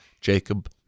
Jacob